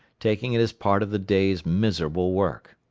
taking it as part of the day's miserable work.